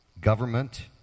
government